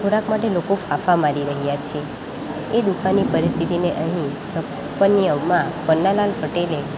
ખોરાક માટે લોકો ફાંફા મારી રહ્યા છે એ દુકાળની પરિસ્થતિને અહીં છપ્પનિયાઓમાં પન્નાલાલ પટેલે